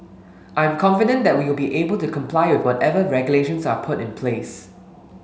I am confident that we'll be able to comply with whatever regulations are put in place